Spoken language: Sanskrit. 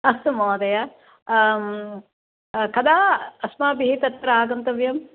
अस्तु महोदय कदा अस्माभिः तत्र आगन्तव्यं